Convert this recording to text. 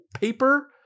paper